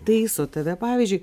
taiso tave pavyzdžiui